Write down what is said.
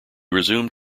resumed